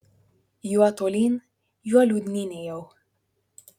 juo tolyn juo liūdnyn ėjau